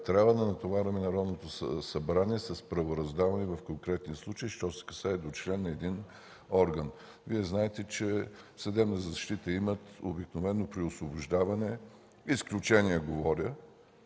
трябва да натоварваме Народното събрание с правораздаване в конкретния случай, що се касае до член на един орган. Вие знаете, че съдебна защита имат обикновено при освобождаване – говоря